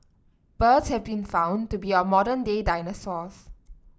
birds have been found to be our modern day dinosaurs